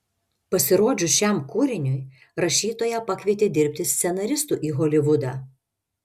pasirodžius šiam kūriniui rašytoją pakvietė dirbti scenaristu į holivudą